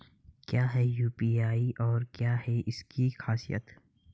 क्या है यू.पी.आई और क्या है इसकी खासियत?